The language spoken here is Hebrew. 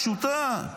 פשוטה.